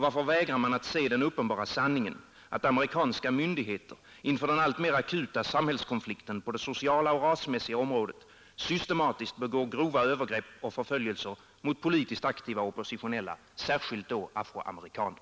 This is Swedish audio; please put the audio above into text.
Varför vägrar man att se den uppenbara sanningen, att amerikanska myndigheter inför den alltmer akuta samhällskonflikten på det sociala och rasmässiga området systematiskt begår grova övergrepp och förföljelser mot politiskt aktiva oppositionella, särskilt då afroamerikaner?